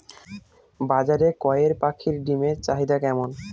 বাজারে কয়ের পাখীর ডিমের চাহিদা কেমন?